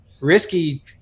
risky